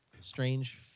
strange